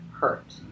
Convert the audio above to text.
hurt